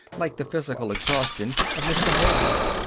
like the physical exhaustion of mr. holbein.